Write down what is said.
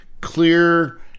clear